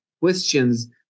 questions